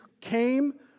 came